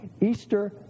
Easter